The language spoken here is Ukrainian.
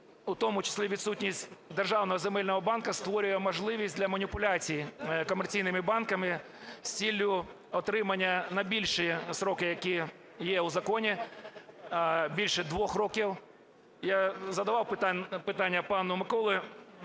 У тому числі відсутність державного земельного банку створює можливості для маніпуляцій комерційними банками з ціллю отримання на більші строки, які є у законі, більше 2 років. Я задавав питання пану Миколі.